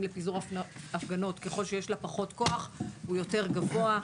לפיזור הפגנות ככל שיש לה פחות כוח הוא יותר גבוה.